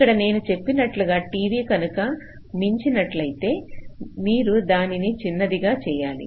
ఇక్కడ నేను చెప్పినట్లుగా t v కనుక మించి నట్లయితే మీరు దానిని చిన్నదిగా చేయాలి